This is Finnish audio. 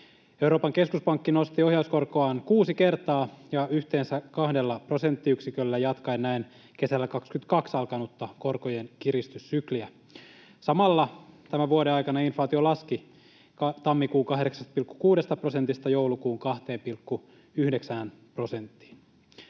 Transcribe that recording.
Euroopan keskuspankki nosti ohjauskorkoaan kuusi kertaa ja yhteensä kahdella prosenttiyksiköllä jatkaen näin kesällä 22 alkanutta korkojenkiristyssykliä. Samalla tämän vuoden aikana inflaatio laski tammikuun 8,6 prosentista joulukuun 2,9 prosenttiin.